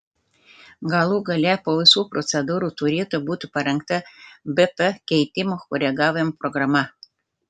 galų gale po visų procedūrų turėtų būti parengta bp keitimo koregavimo programa